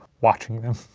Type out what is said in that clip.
watching them?